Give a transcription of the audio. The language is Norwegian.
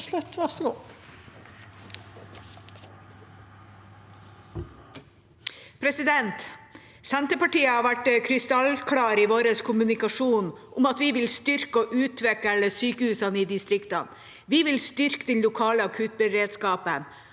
I Senterpartiet har vi vært krystallklare i vår kommunikasjon om at vi vil styrke og utvikle sykehusene i distriktene. Vi vil styrke den lokale akuttberedskapen,